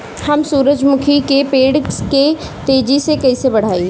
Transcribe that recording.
हम सुरुजमुखी के पेड़ के तेजी से कईसे बढ़ाई?